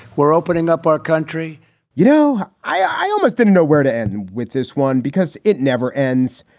we're opening up our country you know, i almost didn't know where to end with this one because it never ends.